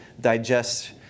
digest